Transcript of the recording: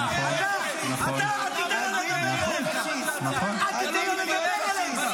הוא לא יכול להכפיש את החיילים,